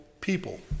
people